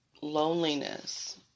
loneliness